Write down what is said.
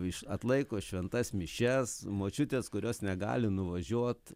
iš atlaiko šventas mišias močiutės kurios negali nuvažiuot